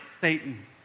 Satan